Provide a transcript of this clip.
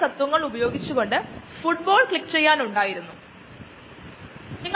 വെളിച്ചം ആവശ്യമുള്ള ഒന്നിനെ നമ്മൾ ഫോട്ടോസിന്തറ്റിക് ഓർഗാനിസം എന്ന് വിളിക്കുന്നു